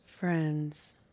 Friends